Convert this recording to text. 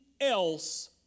else